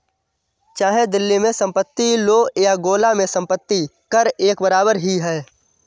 चाहे दिल्ली में संपत्ति लो या गोला में संपत्ति कर एक बराबर ही है